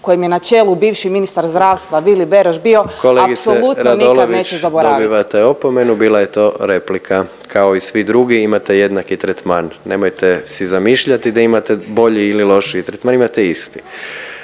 kojem je na čelu bivši ministar zdravstva Vili Beroš bio, …/Upadica predsjednik: Kolegice Radolović./… apsolutno nikad neće zaboraviti. **Jandroković, Gordan (HDZ)** Dobivate opomenu, bila je to replika kao i svi drugi imate jednaki tretman. Nemojte si zamišljati da imate bolji ili lošiji tretman, imate isti.